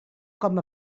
com